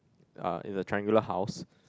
ah in a triangular house